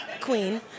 queen